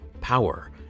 power